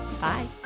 Bye